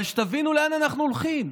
אבל שתבינו לאן אנחנו הולכים.